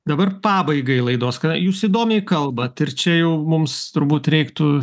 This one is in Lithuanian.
dabar pabaigai laidos kada jūs įdomiai kalbat ir čia jau mums turbūt reiktų